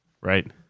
Right